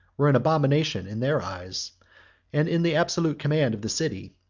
were an abomination in their eyes and in the absolute command of the city,